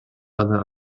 other